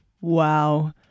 Wow